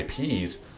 IPs